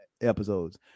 episodes